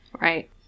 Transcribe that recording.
Right